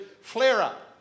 flare-up